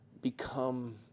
become